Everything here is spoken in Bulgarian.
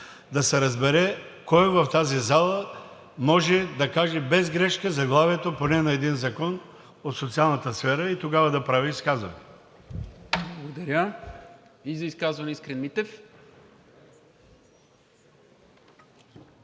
да се разбере кой в тази зала може да каже без грешка заглавието поне на един закон от социалната сфера и тогава да прави изказване. ПРЕДСЕДАТЕЛ НИКОЛА МИНЧЕВ: Благодаря. За изказване – Искрен Митев.